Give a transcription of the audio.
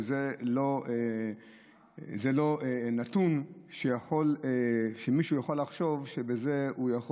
וזה לא נתון שמישהו יוכל לחשוב שבזה הוא יכול